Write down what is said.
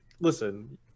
listen